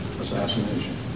assassination